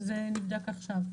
זה נבדק עכשיו.